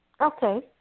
Okay